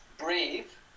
brave